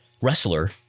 wrestler